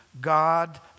God